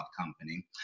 company